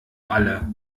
alle